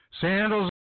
Sandals